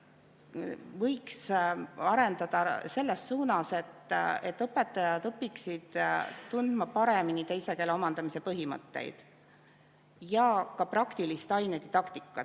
võiks arendada selles suunas, et õpetajad õpiksid paremini tundma teise keele omandamise põhimõtteid. Ja ka praktilist ainedidaktikat